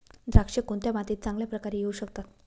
द्राक्षे कोणत्या मातीत चांगल्या प्रकारे येऊ शकतात?